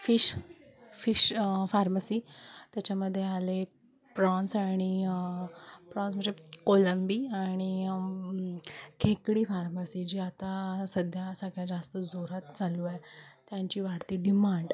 fish fish pharmacy त्याच्यामध्ये आले prawns आणि प्रॉन्स म्हणजे कोलंबी आणि खेकडी फार्मसी जी आता सध्या सगळ्यात जास्त जोरात चालू आहे त्यांची वाढती डिमांड